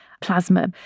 plasma